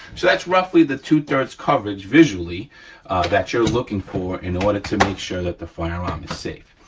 so that's roughly the two three coverage visually that you're looking for in order to make sure that the firearm is safe.